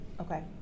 Okay